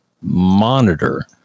Monitor